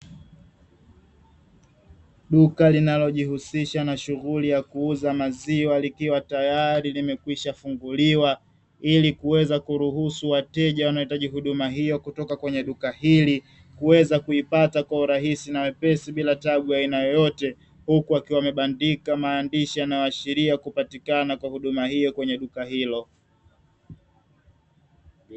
Duka linalojihusisha na shughuli ya kuuza maziwa likiwa tayari limekwisha funguliwa, ili kuweza kuruhusu wateja wanaohitaji huduma hiyo kutoka kwenye duka hili kuweza kuipata kwa urahisi na wepesi bila tabu ya aina yoyote; huku wakiwa wamebandika maandishi yanayoashiria kupatikana kwa huduma hiyo kwenye duka hilo.